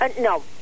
no